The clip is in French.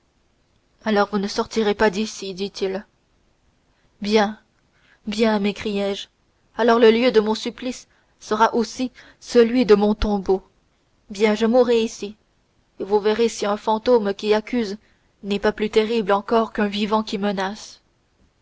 alors vous ne sortirez pas d'ici dit-il bien bien m'écriai-je alors le lieu de mon supplice sera aussi celui de mon tombeau bien je mourrai ici et vous verrez si un fantôme qui accuse n'est pas plus terrible encore qu'un vivant qui menace